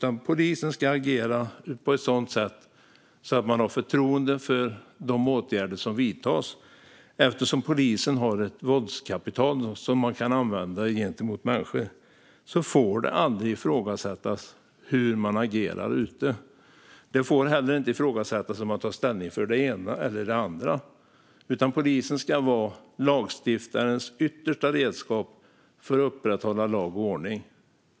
Polisen ska agera på ett sådant sätt att man har förtroende för de åtgärder som vidtas. Eftersom polisen har ett våldskapital som kan användas gentemot människor får det aldrig ifrågasättas hur polisen agerar där ute. Det får heller inte ifrågasättas huruvida polisen tar ställning för det ena eller det andra, utan polisen ska vara lagstiftarens yttersta redskap för att upprätthålla lag och ordning.